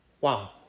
Wow